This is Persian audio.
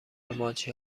ماهیچه